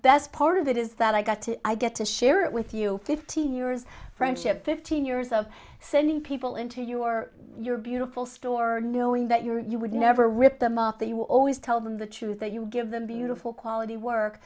best part of it is that i got to get to share it with you fifteen years friendship fifteen years of sending people into your your beautiful store knowing that you're you would never rip them off they will always tell them the truth that you give them beautiful quality work